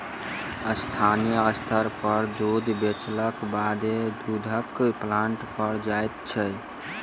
स्थानीय स्तर पर दूध बेचलाक बादे दूधक प्लांट पर जाइत छै